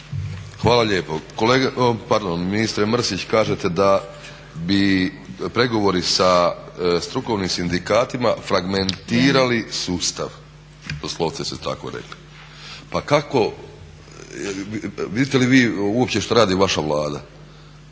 Hvala lijepo. Ministre Mrsić kažete da bi pregovori sa strukovnim sindikatima fragmentirali sustav, doslovce ste tako rekli. pa kako vidite li uopće što radi vaša Vlada?